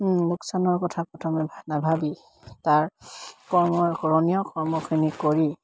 লোকচানৰ কথা প্ৰথমে নাভাবি তাৰ কৰ্মই কৰণীয় কৰ্মখিনি কৰি